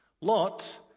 Lot